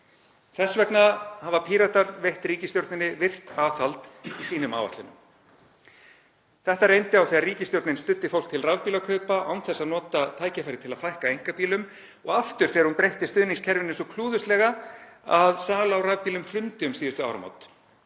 Þess vegna hafa Píratar veitt ríkisstjórninni virkt aðhald í sínum áætlunum. Þetta reyndi á þegar ríkisstjórnin studdi fólk til rafbílakaupa án þess að nota tækifærið til að fækka einkabílum og aftur þegar hún breytti stuðningskerfinu svo klúðurslega að sala á rafbílum hrundi um síðustu áramót.